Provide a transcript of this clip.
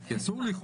אני אשלים לך